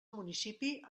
municipi